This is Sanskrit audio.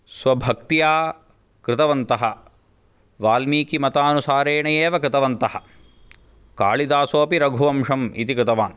स्वभक्त्या कृतवन्तः वाल्मीकिमतानुसारेण एव कृतवन्तः कालिदासोपि रघुवंशम् इति कृतवान्